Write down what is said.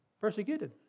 persecuted